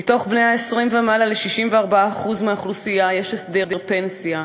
מבני 20 ומעלה ל-64% מהאוכלוסייה יש הסדר פנסיה,